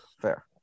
fair